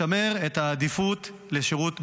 לשמר את העדיפות לשירות בצה"ל.